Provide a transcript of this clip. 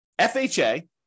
FHA